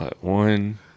one